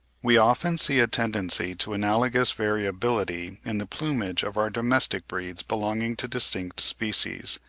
we often see a tendency to analogous variability in the plumage of our domestic breeds belonging to distinct species.